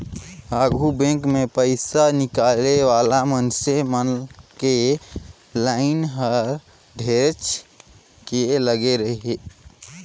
आघु बेंक मे पइसा निकाले वाला मइनसे मन के लाइन हर ढेरेच के लगे रहें